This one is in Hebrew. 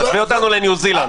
תשווה אותנו לניו-זילנד.